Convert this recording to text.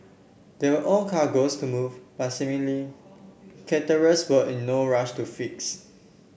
there were ore cargoes to move but seemingly charterers were in no rush to fix